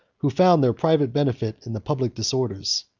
who found their private benefit in the public disorders,